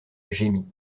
gémit